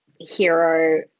hero